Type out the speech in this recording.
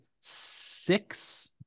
six